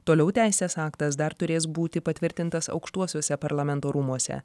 toliau teisės aktas dar turės būti patvirtintas aukštuosiuose parlamento rūmuose